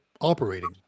operating